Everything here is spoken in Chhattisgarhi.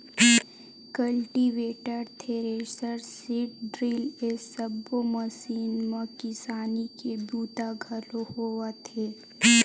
कल्टीवेटर, थेरेसर, सीड ड्रिल ए सब्बो मसीन म किसानी के बूता घलोक होवत हे